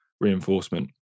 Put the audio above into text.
reinforcement